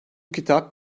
kitap